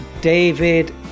David